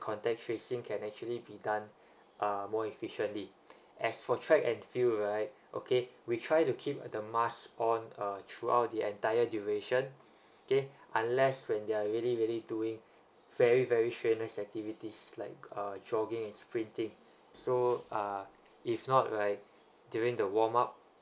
contact facing can actually be done uh more efficiently as for track and field right okay we try to keep uh the mask on uh throughout the entire duration okay unless when they're really really doing very very strength based activities like uh jogging and swing thing so uh if not right during the warm up